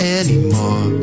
anymore